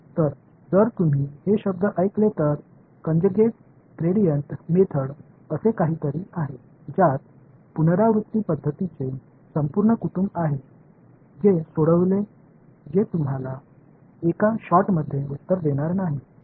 तर जर तुम्ही हे शब्द ऐकले तर कंजेगेट ग्रेडियंट मेथड असे काहीतरी आहे ज्यात पुनरावृत्ती पद्धतींचे संपूर्ण कुटुंब आहे जे सोडवेल जे तुम्हाला एका शॉटमध्ये उत्तर देणार नाही